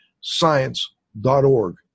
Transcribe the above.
science.org